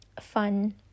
fun